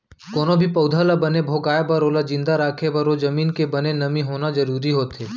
कोनो भी पउधा ल बने भोगाय बर ओला जिंदा राखे बर ओ जमीन के बने नमी होना जरूरी होथे